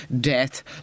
Death